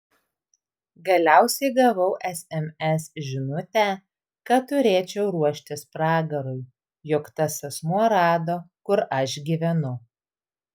galiausiai gavau sms žinutę kad turėčiau ruoštis pragarui jog tas asmuo rado kur aš gyvenu